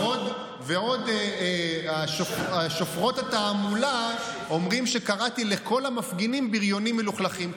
ועוד שופרות התעמולה אומרים שקראתי לכל המפגינים בריונים מלוכלכים.